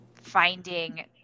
finding